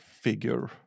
figure